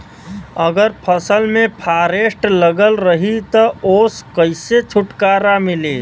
अगर फसल में फारेस्ट लगल रही त ओस कइसे छूटकारा मिली?